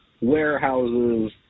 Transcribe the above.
warehouses